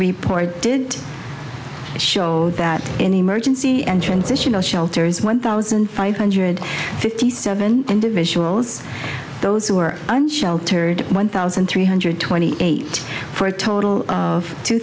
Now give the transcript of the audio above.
report did show that in emergency entrance issue no shelters one thousand five hundred fifty seven individuals those who are unsheltered one thousand three hundred twenty eight for a total of two